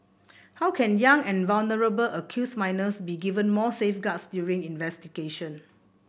how can young and vulnerable accused minors be given more safeguards during investigation